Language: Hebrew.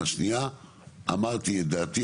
השנייה אמרתי את דעתי,